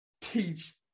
teach